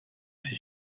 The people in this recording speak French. fut